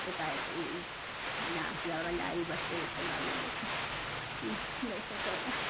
यता यति घाँसदाउरा गाईवस्तु यस्तो गर्नेले चाहिँ भइसक्यो होला